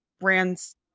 brands